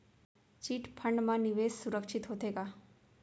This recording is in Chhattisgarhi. चिट फंड मा निवेश सुरक्षित होथे का?